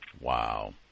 Wow